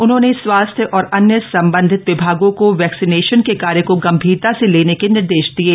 उन्होंने स्वास्थ्य और अन्य सम्बन्धित विभागों को वैक्सीनेशन के कार्य को गम्भीरता से लेने के निर्देश दिये